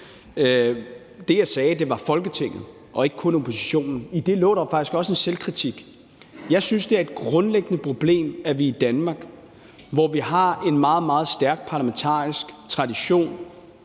Det, jeg sagde, var »Folketinget« og ikke kun »oppositionen«. I det lå der jo faktisk også en selvkritik. Jeg synes, det er et grundlæggende problem, at vi i Danmark, hvor vi har en meget, meget stærk parlamentarisk tradition,